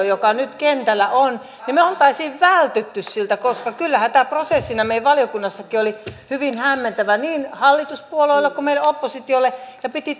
joka nyt kentällä on me olisimme välttyneet koska kyllähän tämä prosessina meillä valiokunnassakin oli hyvin hämmentävä niin hallituspuolueille kuin meille oppositiolle ja piti